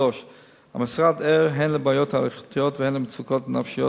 3. המשרד ער הן לבעיות ההלכתיות והן למצוקות הנפשיות